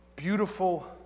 beautiful